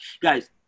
guys